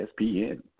ESPN